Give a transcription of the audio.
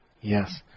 Yes